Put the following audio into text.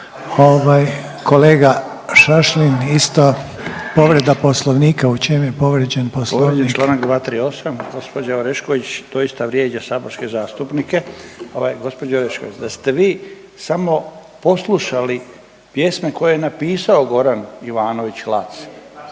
Kolega Šašlin isto povreda Poslovnika. U čem je povrijeđen Poslovnik? **Šašlin, Stipan (HDZ)** Povrijeđen je članak 238. Gospođa Orešković doista vrijeđa saborske zastupnike. Gospođo Orešković da ste vi samo poslušali pjesme koje je napisao Goran Ivanović Lac